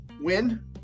win